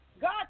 God